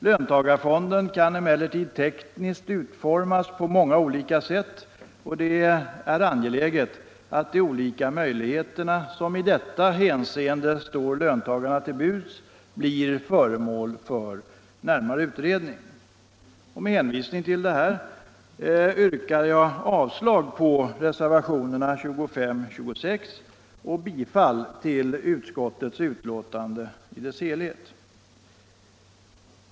Löntagarfonder kan emellertid tekniskt utformas på många olika sätt och det är angeläget att de olika möjligheter som i detta hänseende står löntagarna till buds blir föremål för närmare utredning.” Med hänvisning till det anförda yrkar jag avslag på reservationerna 25 och 26 samt bifall till utskottets hemställan i dess helhet.